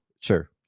Sure